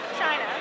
China